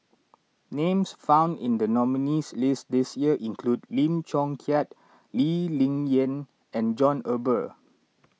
names found in the nominees' list this year include Lim Chong Keat Lee Ling Yen and John Eber